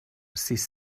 sis